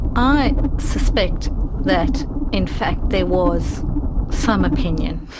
i suspect that in fact there was some opinion